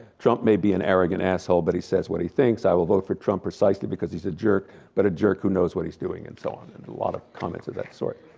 trump may be an arrogant asshole but he says what he thinks, i will vote for trump precisely because he's a jerk, but a jerk who knows what he's doing. and so on, there's and a lot of comments of that sort.